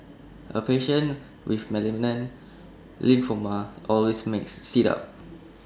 A patient with malignant lymphoma always makes me sit up